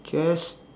just